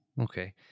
Okay